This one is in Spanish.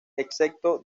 excepto